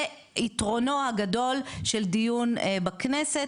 זה יתרונו הגדול של דיון בכנסת,